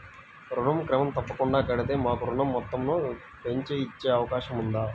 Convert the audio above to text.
ఋణం క్రమం తప్పకుండా కడితే మాకు ఋణం మొత్తంను పెంచి ఇచ్చే అవకాశం ఉందా?